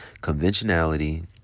conventionality